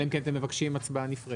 אלא אם כן אתם מבקשים הצבעה נפרדת.